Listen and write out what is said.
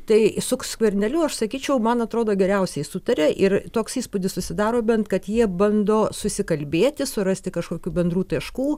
tai suks skverneliu aš sakyčiau man atrodo geriausiai sutaria ir toks įspūdis susidaro bent kad jie bando susikalbėti surasti kažkokių bendrų taškų